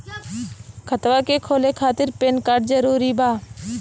खतवा के खोले खातिर पेन कार्ड जरूरी बा?